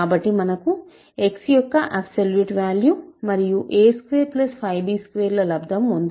కాబట్టి మనకు x యొక్క అబ్సోల్యూట్ వాల్యు మరియు a25b2 ల లబ్దం ఉంది